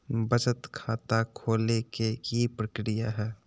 बचत खाता खोले के कि प्रक्रिया है?